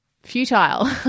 Futile